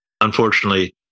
unfortunately